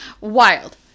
Wild